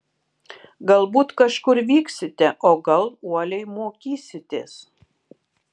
galbūt kažkur vyksite o gal uoliai mokysitės